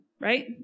right